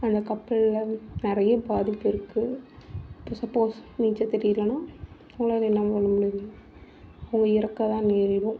அந்த கப்பலில் நிறையா பாதிப்பிருக்கு இப்போ சப்போஸ் நீச்சல் தெரியலன்னா அவங்களால் என்ன பண்ண முடியும் அவங்க இறக்கதான் நேரிடும்